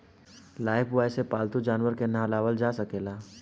Lifebuoy से पाल्तू जानवर के नेहावल जा सकेला